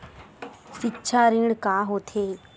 सिक्छा ऋण का होथे?